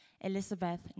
Elizabeth